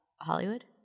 Hollywood